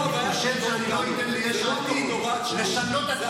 כשם שאני לא נותן ליש עתיד לשנות את,